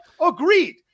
Agreed